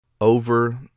over